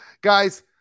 Guys